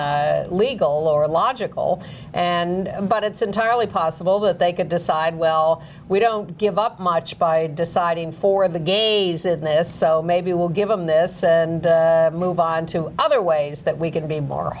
legal or logical and but it's entirely possible that they could decide well we don't give up much by deciding for the gays in this so maybe we'll give them this and move on to other ways that we can be